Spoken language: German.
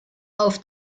auf